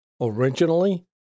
originally